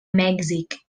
mèxic